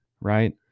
right